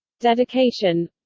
dedication